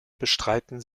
bestreiten